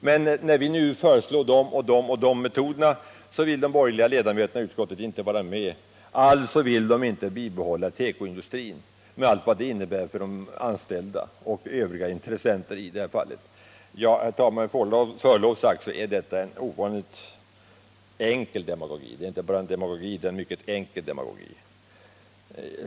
Men när vi nu föreslog de och de metoderna ville de borgerliga ledamöterna i utskottet inte vara med. Alltså: de vill inte bibehålla tekoindustrin på oförändrad nivå med allt vad detta innebär för de anställda och övriga intressenter. Herr talman! Med förlov sagt är detta inte bara demagogi utan en mycket enkel sådan.